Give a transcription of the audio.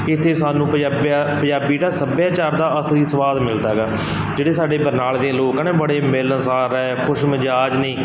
ਇੱਥੇ ਸਾਨੂੰ ਪੰਜਾਬੀਆਂ ਪੰਜਾਬੀ ਦਾ ਸੱਭਿਆਚਾਰ ਦਾ ਅਸਲੀ ਸਵਾਦ ਮਿਲਦਾ ਹੈਗਾ ਜਿਹੜੇ ਸਾਡੇ ਬਰਨਾਲੇ ਦੇ ਲੋਕ ਆ ਨਾ ਬੜੇ ਮਿਲਣਸਾਰ ਹੈ ਖੁਸ਼ ਮਿਜ਼ਾਜ ਨੇ